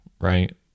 right